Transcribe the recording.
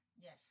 Yes